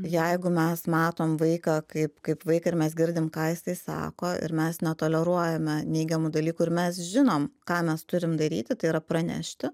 jeigu mes matom vaiką kaip kaip vaiką ir mes girdim ką jisai sako ir mes netoleruojame neigiamų dalykų ir mes žinom ką mes turim daryti tai yra pranešti